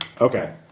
Okay